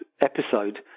episode